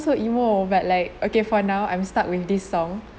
so emo but like okay for now I'm stuck with this song